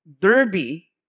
Derby